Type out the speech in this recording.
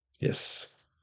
Yes